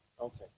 Okay